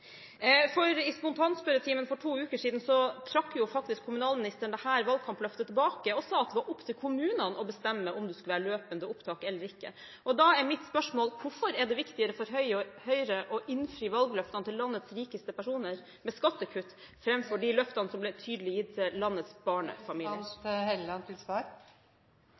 For i spontanspørretimen for to uker siden trakk faktisk kommunalministeren dette valgkampløftet tilbake og sa at det var opp til kommunene å bestemme om det skulle være løpende opptak eller ikke. Da er mitt spørsmål: Hvorfor er det viktigere for Høyre å innfri valgløftene til landets rikeste personer, med skattekutt, framfor de løftene som tydelig ble gitt til landets